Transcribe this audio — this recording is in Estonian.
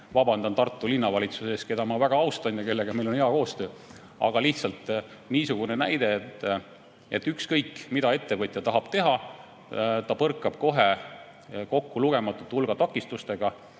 vabandan Tartu Linnavalitsuse ees, keda ma väga austan ja kellega meil on hea koostöö, aga lihtsalt meenus niisugune näide. Ükskõik, mida ettevõtja tahab teha, ta põrkab kohe kokku lugematu hulga takistustega,